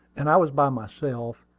and i was by myself.